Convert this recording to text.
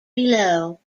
below